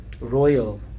royal